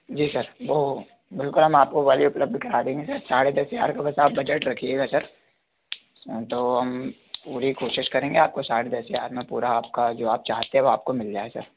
जी sir वह बिल्कुल हम आपकी वह वाली उपलब्ध करा देंगे सर साढ़े दस हज़ार का बस आप बजट रखिएगा सर तो हम पूरी कोशिश करेंगे आपको साढ़े दस हज़ार में पूरा आपका जो आप चाहते हैं वो आपको मिल जाए सर